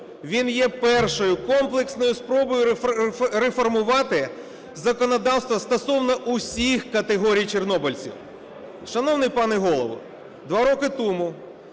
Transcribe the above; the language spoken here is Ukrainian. Він є першою комплексною спробою реформувати законодавство стосовно усіх категорій чорнобильців. Шановний пане Голово, два роки тому